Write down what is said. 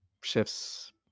shifts